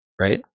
right